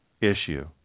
issue